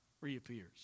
reappears